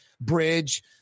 bridge